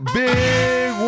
big